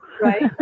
right